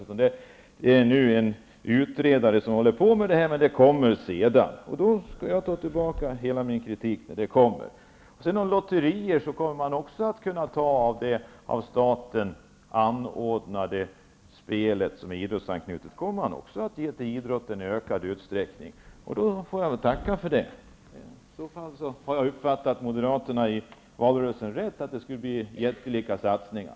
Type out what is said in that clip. En utredare arbetar med det här, och om det arbetet leder till att Stig Bertilssons löften infrias, skall jag ta tillbaka hela min kritik. Om sedan överskottet på lotterier och på det av staten anordnade spel som är idrottsanknutet också kommer att ges till idrotten i ökad utsträckning, får jag tacka för det. I så fall har jag uppfattat moderaternas tal i valrörelsen rätt, att det skulle bli jättelika satsningar.